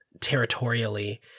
territorially